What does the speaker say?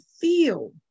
feel